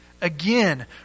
Again